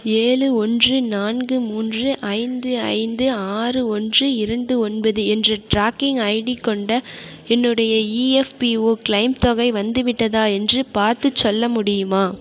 ஏழு ஒன்று நான்கு மூன்று ஐந்து ஐந்து ஆறு ஒன்று இரண்டு ஒன்பது என்ற ட்ராக்கிங் ஐடி கொண்ட என்னுடைய இபிஎஃப்ஓ கிளெய்ம் தொகை வந்துவிட்டதா என்று பார்த்துச் சொல்ல முடியுமா